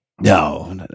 No